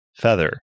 Feather